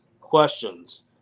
questions